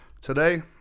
Today